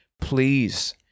Please